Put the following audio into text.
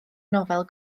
nofel